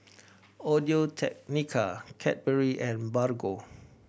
Audio Technica Cadbury and Bargo